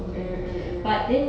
mm mm mm